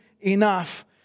enough